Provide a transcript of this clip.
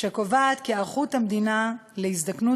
שקובעת כי היערכות המדינה להזדקנות